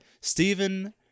Stephen